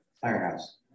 firehouse